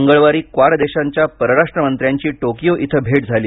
मंगळवारी क्वाड देशांच्या परराष्ट्र मंत्र्यांची टोकियो इथं भेट झाली